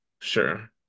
Sure